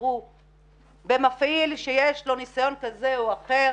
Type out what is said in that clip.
שיבחרו במפעיל שיש לו ניסיון כזה או אחר